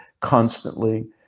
constantly